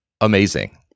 amazing